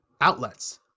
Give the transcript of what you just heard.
outlets